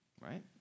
Right